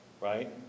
Right